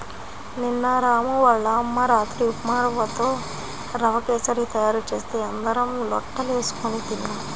నిన్న రాము వాళ్ళ అమ్మ రాత్రి ఉప్మారవ్వతో రవ్వ కేశరి తయారు చేస్తే అందరం లొట్టలేస్కొని తిన్నాం